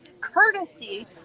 courtesy